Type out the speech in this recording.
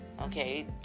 okay